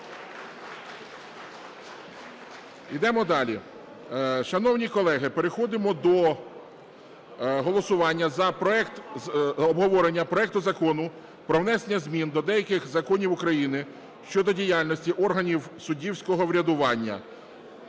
Йдемо далі. Шановні колеги, переходимо до голосування за проект… обговорення проекту Закону про внесення змін до деяких законів України щодо діяльності органів суддівського врядування